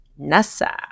NASA